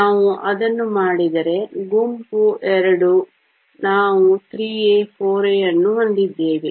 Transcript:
ನಾವು ಅದನ್ನು ಮಾಡಿದರೆ ಗುಂಪು II ನಾವು 3A 4A ಅನ್ನು ಹೊಂದಿದ್ದೇವೆ